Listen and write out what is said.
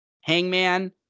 Hangman